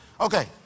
Okay